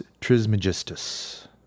Trismegistus